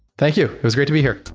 thank you. it was great to be here